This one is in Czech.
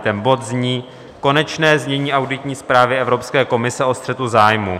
Ten bod zní Konečné znění auditní zprávy Evropské komise o střetu zájmů.